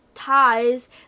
ties